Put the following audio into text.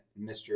mr